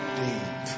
deep